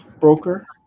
broker